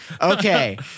Okay